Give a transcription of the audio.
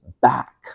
back